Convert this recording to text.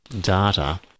data